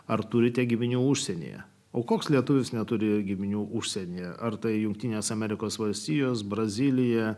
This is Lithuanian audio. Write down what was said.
ar turite giminių užsienyje o koks lietuvis neturėjo giminių užsienyje ar tai jungtinės amerikos valstijos brazilija